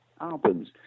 albums